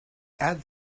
add